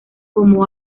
como